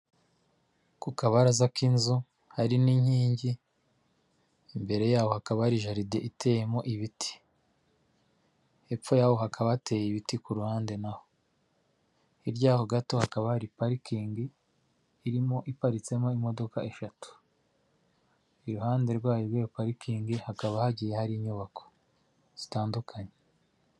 Ku kabaraza k'inzu hari n'inkingi, imbere yaho hakaba hari jaride iteyemo ibiti. Hepfo yaho hakaba hateye ibiti ku ruhande na ho. Hirya yaho gato hakaba hari parikingi irimo, iparitsemo imodoka eshatu. Iruhande rwayo rw'iyo parikingi, hakaba hagiye hari inyubako zitandukanye.